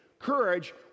Courage